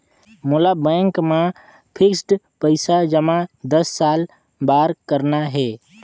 मोला बैंक मा फिक्स्ड पइसा जमा दस साल बार करना हे?